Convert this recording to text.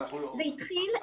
זה התחיל.